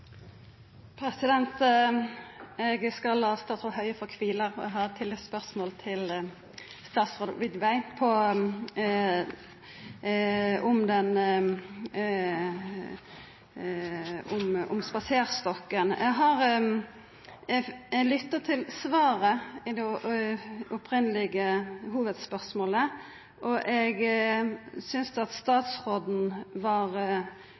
Eg skal la statsråd Høie få kvila, for eg har eit spørsmål til statsråd Widvey om Spaserstokken. Eg lytta til svaret på det opphavlege hovudspørsmålet, og eg synest at statsråden var